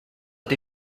dei